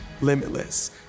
limitless